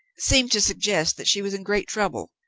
seemed to suggest that she was in great trouble.